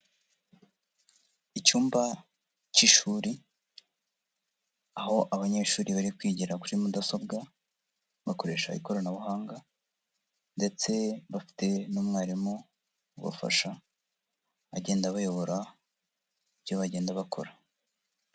Icyumba cy'ishuri aho abanyeshuri bari kwigira kuri mudasobwa, bakoresha ikoranabuhanga ndetse bafite n'umwarimu ubafasha, agenda abayobora ibyo bagenda bakora.